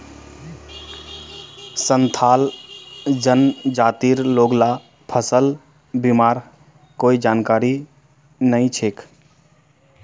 संथाल जनजातिर लोग ला फसल बीमार कोई जानकारी नइ छेक